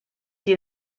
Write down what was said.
die